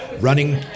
running